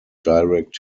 direct